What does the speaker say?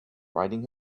riding